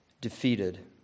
defeated